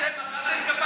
אתם מחאתם כפיים,